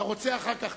אתה רוצה אחר כך,